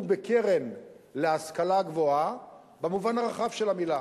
בקרן להשכלה גבוהה במובן הרחב של המלה: